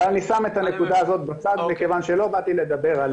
אבל אני שם את הנקודה הזאת בצד מכיוון שלא באתי לדבר עליה,